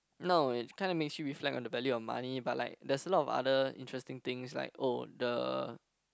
no it kind of makes you reflect on the value of money but like there's a lot of other interesting things like oh the